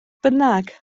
bynnag